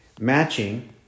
matching